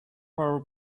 our